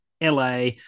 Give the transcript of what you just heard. la